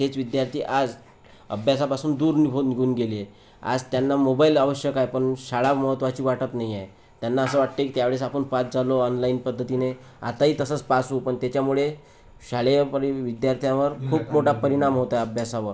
तेच विद्यार्थी आज अभ्यासापासून दूर निघून निघून गेले आज त्यांना मोबाईल आवश्यक आहे पण शाळा महत्वाची वाटत नाही आहे त्यांना असं वाटते त्या वेळेस आपण पास झालो ऑनलाइन पद्धतीने आताही तसंच पास होऊ पण त्याच्यामुळे शालेयपणी विद्यार्थ्यावर खूप मोठा परिणाम होता अभ्यासावर